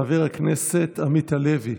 חבר הכנסת עמית הלוי.